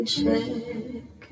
check